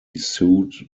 sued